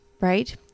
right